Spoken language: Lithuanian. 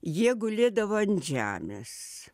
jie gulėdavo ant žemės